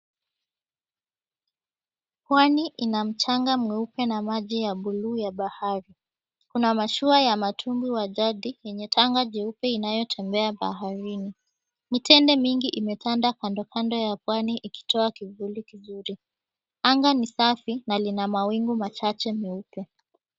Pwani ina mchanga mweupe na maji ya buluu ya bahari, kuna mashua ya mtumbwi wa jadi yenye tanga nyeupe inayotembea baharini. Mitende mingi imepandwa kandokando ya pwani ikitoa kivuli kizuri, anga ni safi na lina mawingu machache meupe.